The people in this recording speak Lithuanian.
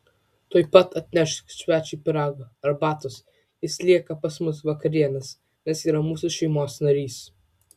tuoj pat atnešk svečiui pyrago arbatos jis lieka pas mus vakarienės nes yra mūsų šeimos narys